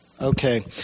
Okay